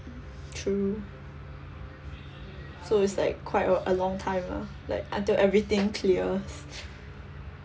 true so it's like quite a long time ah like until everything clear